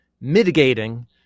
mitigating